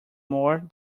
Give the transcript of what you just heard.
more